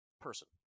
person